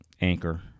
Anchor